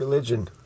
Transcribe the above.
Religion